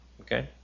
Okay